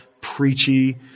preachy